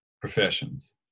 professions